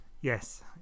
Yes